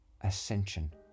ascension